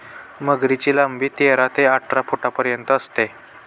मगरीची लांबी तेरा ते अठरा फुटांपर्यंत असते